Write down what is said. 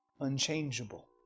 unchangeable